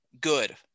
good